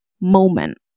moment